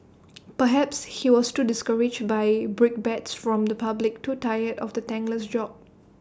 perhaps he was too discouraged by brickbats from the public too tired of the thankless job